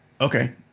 okay